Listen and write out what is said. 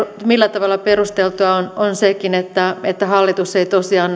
millä tavalla perusteltua on on sekin että hallitus ei tosiaan